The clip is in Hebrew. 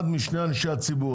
אחד משני אנשי הציבור,